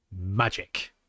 magic